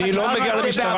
אני לא מגן על המשטרה.